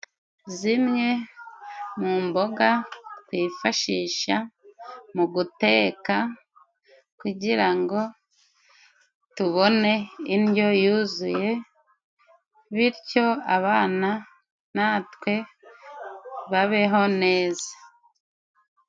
Zimwe mu mboga, twifashisha mu guteka, kugira ngo tubone indyo yuzuye, bityo abana natwe babeho neza.